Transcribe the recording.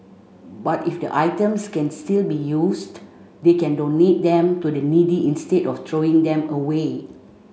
but if the items can still be used they can donate them to the needy instead of throwing them away